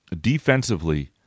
defensively